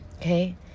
Okay